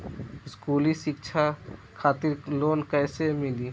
स्कूली शिक्षा खातिर लोन कैसे मिली?